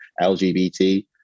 LGBT